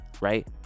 right